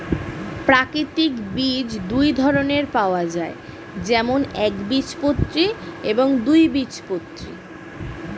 প্রাকৃতিক বীজ দুই ধরনের পাওয়া যায়, যেমন একবীজপত্রী এবং দুই বীজপত্রী